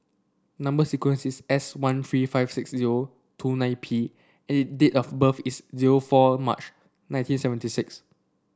number sequence is S one three five six zero two nine P and the date of birth is zero four March nineteen seventy six